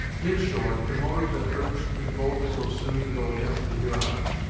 in short, the motive that urged them both so soon to go against the hurons,